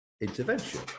intervention